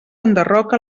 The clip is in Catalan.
enderroca